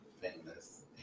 famous